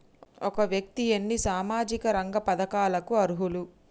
ఒక వ్యక్తి ఎన్ని సామాజిక రంగ పథకాలకు అర్హులు?